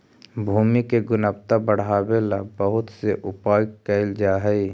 भूमि के गुणवत्ता बढ़ावे ला बहुत से उपाय कैल जा हई